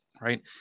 right